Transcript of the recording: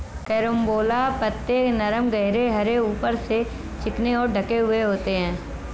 carambola पत्ते नरम गहरे हरे ऊपर से चिकने और ढके हुए होते हैं